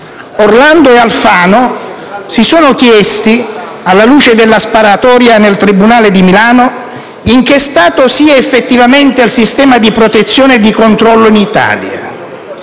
Orlando e Alfano si sono chiesti, alla luce della sparatoria nel tribunale di Milano, in che stato sia effettivamente il sistema di protezione e di controllo in Italia.